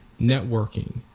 Networking